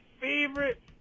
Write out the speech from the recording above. favorite